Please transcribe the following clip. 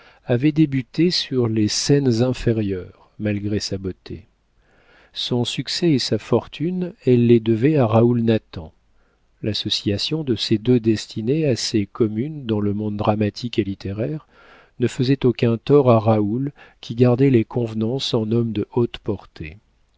avait débuté sur les scènes inférieures malgré sa beauté son succès et sa fortune elle les devait à raoul nathan l'association de ces deux destinées assez commune dans le monde dramatique et littéraire ne faisait aucun tort à raoul qui gardait les convenances en homme de haute portée